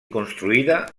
construïda